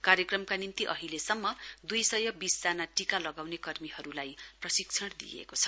कार्यक्रमका निम्ति अहिलेसम्म दुई सय बीस जना टीका लगाउने कर्मीहरूलाई प्रशिक्षण दिइएको छ